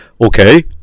Okay